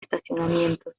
estacionamientos